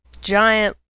giant